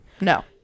No